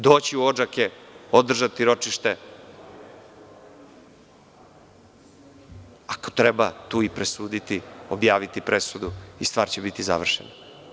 Doći će u Odžake, održati ročište, ako treba tu i presuditi, objaviti presudu i stvar će biti završena.